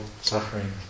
suffering